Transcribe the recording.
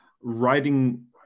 writing